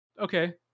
okay